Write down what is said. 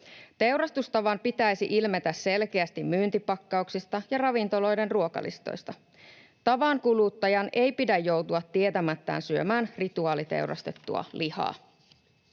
Teurastustavan pitäisi ilmetä selkeästi myyntipakkauksista ja ravintoloiden ruokalistoista. Tavan kuluttajan ei pidä joutua tietämättään syömään rituaaliteurastettua lihaa.